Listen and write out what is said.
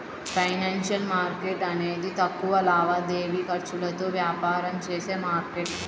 financial market అనేది తక్కువ లావాదేవీ ఖర్చులతో వ్యాపారం చేసే మార్కెట్